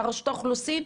לרשות האוכלוסין,